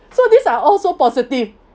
so these are also positive